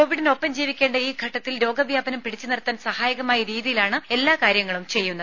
കോവിഡിനൊപ്പം ജീവിക്കേണ്ട ഈ ഘട്ടത്തിൽ രോഗ വ്യാപനം പിടിച്ചു നിർത്താൻ സഹായകമായ രീതിയിലാണ് എല്ലാ കാര്യങ്ങളും ചെയ്യുന്നത്